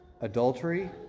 Adultery